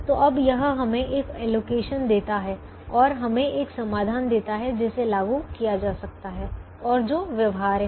तो अब यह हमें एक एलोकेशन देता है और हमें एक समाधान देता है जिसे लागू किया जा सकता है और जो व्यवहार्य है